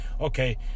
okay